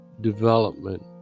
development